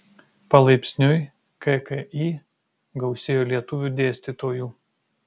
palaipsniui kki gausėjo lietuvių dėstytojų